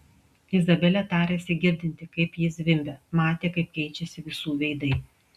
izabelė tarėsi girdinti kaip ji zvimbia matė kaip keičiasi visų veidai